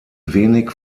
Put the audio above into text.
wenig